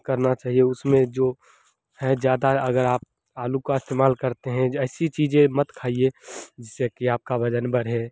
करना चाहिए उसमें जो है अगर आप आलू का इस्तेमाल करते हैं ऐसी चीज़ें मत खाइए जिससे कि आपका वज़न बढ़े